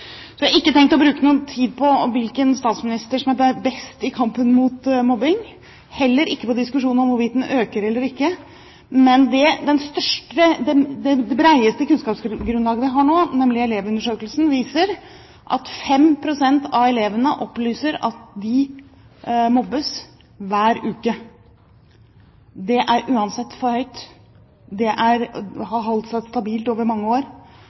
Jeg har ikke tenkt å bruke noe tid på hvilken statsminister som er best i kampen mot mobbing, heller ikke på diskusjonen om hvorvidt den øker eller ikke, men det største og bredeste kunnskapsgrunnlaget vi har nå, nemlig Elevundersøkelsen, viser at 5 pst. av elevene opplyser at de mobbes hver uke. Det er uansett for høyt. Det har holdt seg stabilt over mange år.